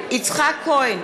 יצחק כהן,